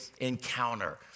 encounter